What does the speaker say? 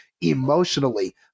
emotionally